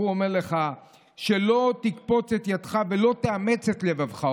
הוא אומר לך שלא תקפוץ את ידך ולא תאמץ את לבבך.